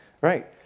Right